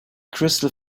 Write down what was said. crystal